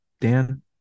Dan